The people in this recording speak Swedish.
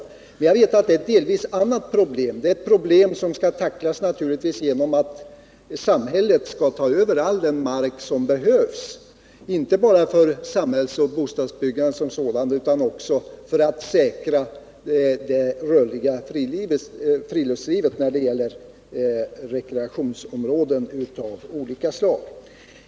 Jag vet att detta delvis är ett annat problem: det är ett problem som naturligtvis skall tacklas genom att samhället skall överta all den mark som behövs, inte bara för samhällsoch bostadsbyggande utan också för att säkra det rörliga friluftslivets intressen av rekreationsområden av olika slag.